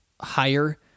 higher